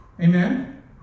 Amen